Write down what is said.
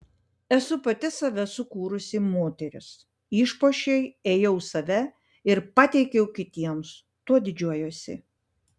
esu pati save sukūrusi moteris išpuošei ėjau save ir pateikiau kitiems tuo didžiuojuosi